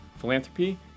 philanthropy